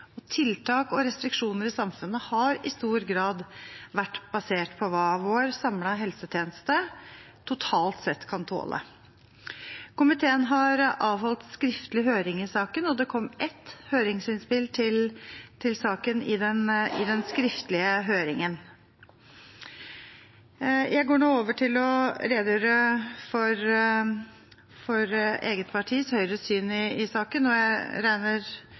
og tiltak og restriksjoner i samfunnet har i stor grad vært basert på hva vår samlede helsetjeneste totalt sett kan tåle. Komiteen har avholdt skriftlig høring i saken, og det kom ett høringsinnspill til saken i den skriftlige høringen. Jeg går nå over til å redegjøre for eget partis, Høyres, syn i saken, og jeg regner